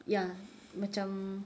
ya macam